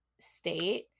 state